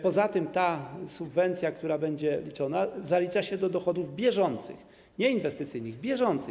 Poza tym subwencja, która będzie liczona, zalicza się do dochodów bieżących, nie inwestycyjnych, bieżących.